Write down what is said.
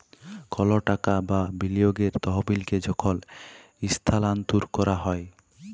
call টাকা বা বিলিয়গের তহবিলকে যখল ইস্থালাল্তর ক্যরা হ্যয়